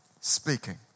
speaking